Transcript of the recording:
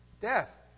Death